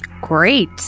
Great